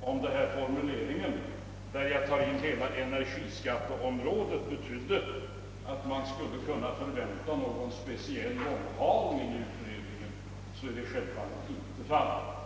om denna formulering, där jag tar in hela energiskatteområdet, betyder att man skulle kunna förvänta någon speciell långhalning i utredningen. Så är givetvis inte fallet.